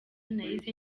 nahise